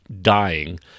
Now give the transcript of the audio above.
dying